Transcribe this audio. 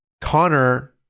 connor